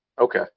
Okay